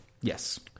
Yes